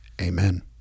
Amen